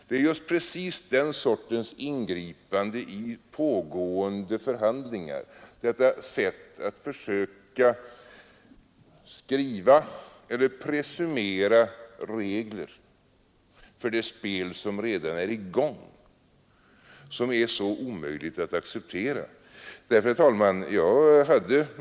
Det är just den sortens ingripande i ående förhandlingar, dett att försöka presumera regler för det spel som redan är i gång, som är så omöjligt att acceptera. Herr talman!